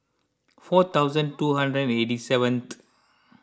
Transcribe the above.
four thousand two hundred and eighty seventh